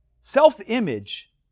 self-image